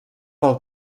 pel